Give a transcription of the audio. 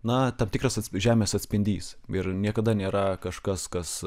na tam tikras žemės atspindys ir niekada nėra kažkas kas